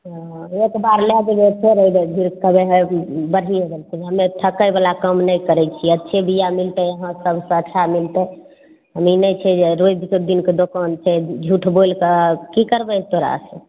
हँ एक बार लै जइयौ फेर अयबै कहबै हइ बढ़िएँ देलखिन हमे ठकै बालाकाम नही करै छियै अच्छे बिआ मिलतै यहाँ सबसँ अच्छा मिलतै कोनो ई नहि छै जे रोज दिनके दोकान छै झुठ बोलि कऽ आ की करबै तोरा से